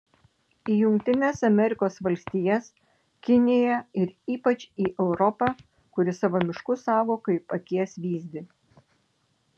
į jungtines amerikos valstijas kiniją ir ypač į europą kuri savo miškus saugo kaip akies vyzdį